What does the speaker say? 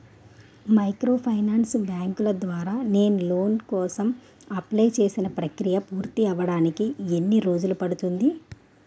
Microfinance బ్యాంకుల ద్వారా నేను లోన్ కోసం అప్లయ్ చేసిన ప్రక్రియ పూర్తవడానికి ఎన్ని రోజులు పడుతుంది?